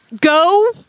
go